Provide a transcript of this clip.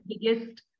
biggest